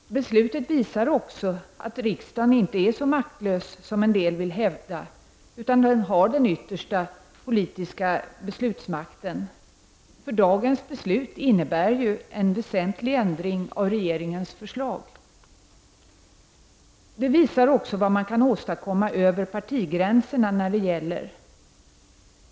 Beslutet visar också att riksdagen inte är så maktlös som en del vill hävda, utan att den har den yttersta, politiska beslutsmakten. Dagens beslut innebär nämligen en väsentlig ändring av regeringens förslag. Beslutet visar också vad som går att åstadkomma över partigränserna.